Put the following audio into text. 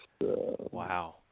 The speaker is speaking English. Wow